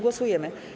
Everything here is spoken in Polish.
Głosujemy.